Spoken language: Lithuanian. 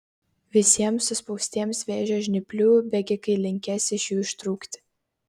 visiems suspaustiems vėžio žnyplių bėgikai linkės iš jų ištrūkti